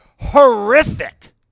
horrific